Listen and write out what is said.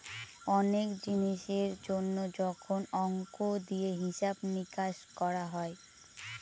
অনেক জিনিসের জন্য যখন অংক দিয়ে হিসাব নিকাশ করা হয়